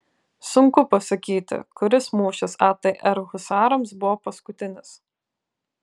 sunku pasakyti kuris mūšis atr husarams buvo paskutinis